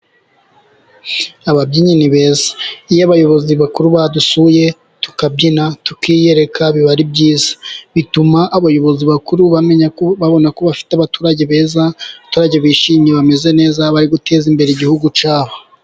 Ababyinnyi ni beza, iyo abayobozi bakuru badusuye tukabyina tukiyereka biba ari byiza, bituma abayobozi bakuru bamenya babonako bafite abaturage beza, abaturage bishimye bameze neza bari guteza imbere igihugu cyabo.